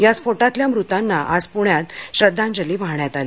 या स्फोटातल्या मृतांना आज पुण्यात श्रद्धांजली वाहण्यात आली